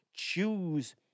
choose